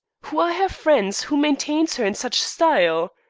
who are her friends? who maintains her in such style?